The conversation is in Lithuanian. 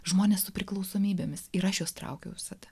žmonės su priklausomybėmis ir aš juos traukiau visada